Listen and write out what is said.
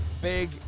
big